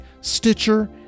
stitcher